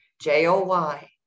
J-O-Y